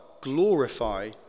glorify